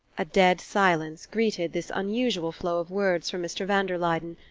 a dead silence greeted this unusual flow of words from mr. van der luyden.